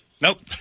Nope